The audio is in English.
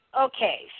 okay